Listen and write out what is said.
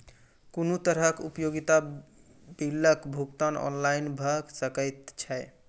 कुनू तरहक उपयोगिता बिलक भुगतान ऑनलाइन भऽ सकैत छै?